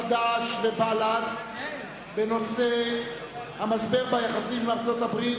חד"ש ובל"ד בנושא המשבר ביחסים עם ארצות-הברית